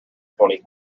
twenty